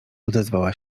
odezwała